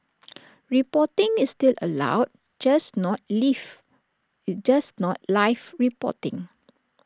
reporting is still allowed just not live just not life reporting